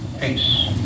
peace